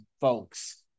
folks